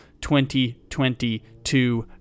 2022